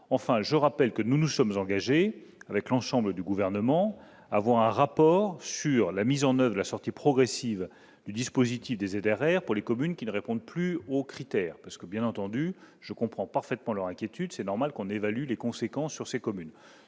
enfin, je rappelle que nous nous sommes engagés avec l'ensemble du gouvernement, avoir un rapport sur la mise en oeuvre la sortie progressive du dispositif des et derrière pour les communes qui ne répondent plus aux critères parce que bien entendu, je comprends parfaitement leur inquiétude, c'est normal qu'on évalue les conséquences sur ces communes